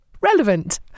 relevant